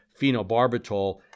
phenobarbital